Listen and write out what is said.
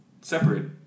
separate